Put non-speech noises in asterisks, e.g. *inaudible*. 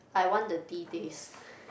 I want the the tea taste *breath*